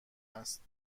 است